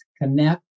connect